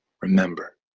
remember